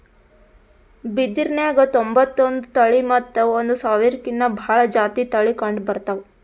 ಬಿದಿರ್ನ್ಯಾಗ್ ತೊಂಬತ್ತೊಂದು ತಳಿ ಮತ್ತ್ ಒಂದ್ ಸಾವಿರ್ಕಿನ್ನಾ ಭಾಳ್ ಜಾತಿ ತಳಿ ಕಂಡಬರ್ತವ್